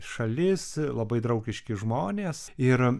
šalis labai draugiški žmonės ir